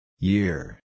Year